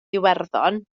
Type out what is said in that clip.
iwerddon